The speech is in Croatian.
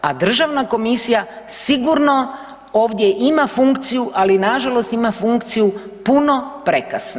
A državna komisija sigurno ovdje ima funkciju, ali nažalost ima funkciju puno prekasno.